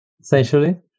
essentially